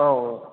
औ औ